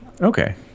Okay